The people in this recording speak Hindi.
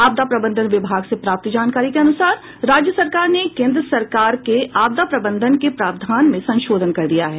आपदा प्रबंधन विभाग से प्राप्त जानकारी के अनुसार राज्य सरकार ने केंद्र सरकार के आपदा प्रबंधन के प्रावधान में संशोधन कर दिया है